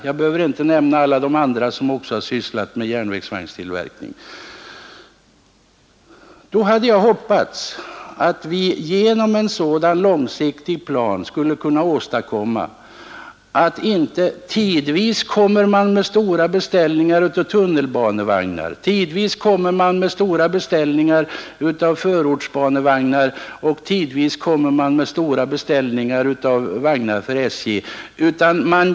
Jag behöver inte nämna alla de andra som också har sysslat med järnvägsvagnstillverkning. Jag hade hoppats att vi genom en sådan långsiktig plan skulle kunna undvika att stora beställningar av tunnelbanevagnar kommer tidvis, att också stora beställningar av förortsbanevagnar kommer stötvis och likaså stora beställningar av vagnar för SJ.